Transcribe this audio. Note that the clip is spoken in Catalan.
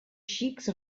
xics